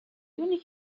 دونی